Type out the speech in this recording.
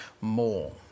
more